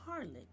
harlot